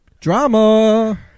Drama